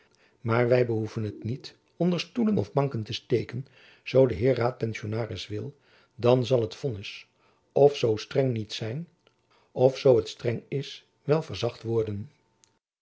maar wy behoeven het niet onder stoelen of banken te steken zoo de heer raadpensionaris wil dan zal het vonnis of zoo streng niet zijn of zoo het streng is wel verzacht worden